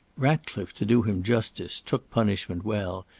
ratcliffe, to do him justice, took punishment well,